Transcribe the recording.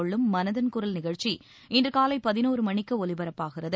கொள்ளும் மனதின் குரல் நிகழ்ச்சி இன்று காலை பதினோரு மணிக்கு ஒலிபரப்பாகிறது